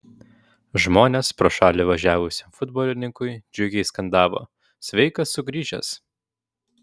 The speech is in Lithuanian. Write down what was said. žmonės pro šalį važiavusiam futbolininkui džiugiai skandavo sveikas sugrįžęs